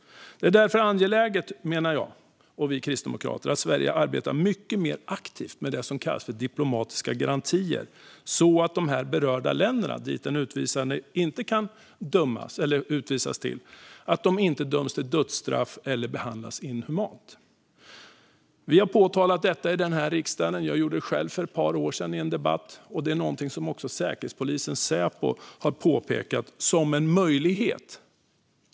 Det är därför angeläget att Sverige arbetar mer aktivt med diplomatiska garantier från de berörda länderna att den utvisade inte kommer att dömas till dödsstraff eller behandlas inhumant. Detta är något som vi kristdemokrater förespråkat i denna riksdag tidigare. Jag gjorde det själv för ett par år sedan i en debatt. Det är också något som också säkerhetspolisen Säpo har pekat på som en möjlighet.